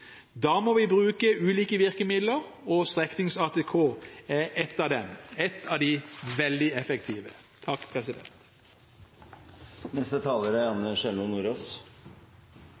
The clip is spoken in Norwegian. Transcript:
Da må vi bruke ulike virkemidler, og streknings-ATK er ett av dem, et av de veldig effektive.